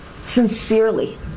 sincerely